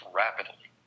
rapidly